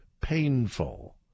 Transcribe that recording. painful